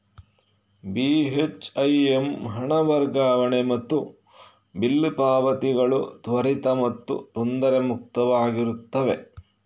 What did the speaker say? ಬಿ.ಹೆಚ್.ಐ.ಎಮ್ ಹಣ ವರ್ಗಾವಣೆ ಮತ್ತು ಬಿಲ್ ಪಾವತಿಗಳು ತ್ವರಿತ ಮತ್ತು ತೊಂದರೆ ಮುಕ್ತವಾಗಿರುತ್ತವೆ